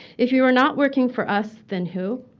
if you are not working for us, then who?